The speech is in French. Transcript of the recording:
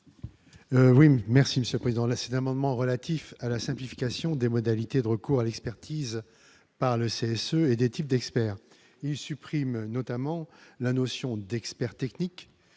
Oui merci Monsieur Président l'acide amendement relatif à la simplification des modalités de recours à l'expertise par le service et des types d'experts, il supprime notamment la notion d'experts techniques